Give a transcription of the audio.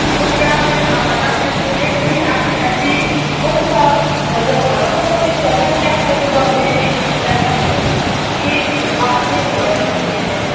तो क्या मैम आप बता सकती हैं कि आखिर ऐसी कौन सा वजह था मतलब कोई ऐसा क्या शक हुआ उन्हें कि लगा हमें कि आपने ही मर्डर किया है